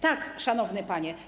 Tak, szanowny panie.